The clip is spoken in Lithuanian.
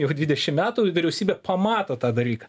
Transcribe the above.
jau dvidešim metų vyriausybė pamato tą dalyką